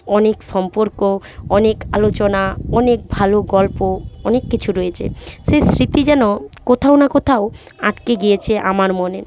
অনেক সম্পর্ক অনেক আলোচনা অনেক ভালো গল্প অনেক কিছু রয়েছে সেই স্মৃতি যেন কোথাও না কোথাও আটকে গিয়েছে আমার মনে